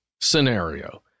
scenario